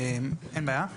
אין בעיה.